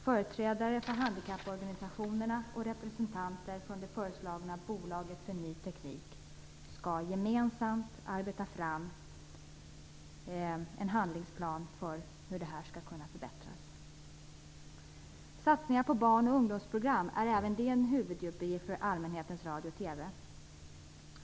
Företrädare för handikapporganisationerna och representanter från det föreslagna bolaget för ny teknik skall gemensamt arbeta fram en handlingsplan för hur det här skall kunna förbättras. Satsningar på barn och ungdomsprogram är även det en huvuduppgift för allmänhetens radio och TV.